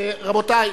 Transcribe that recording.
רבותי.